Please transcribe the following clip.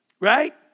Right